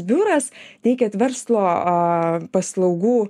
biuras teikiat verslo paslaugų